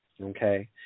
Okay